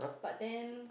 but then